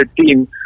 team